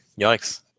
Yikes